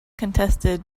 contested